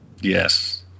Yes